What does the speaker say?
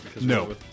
No